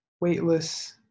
weightless